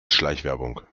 schleichwerbung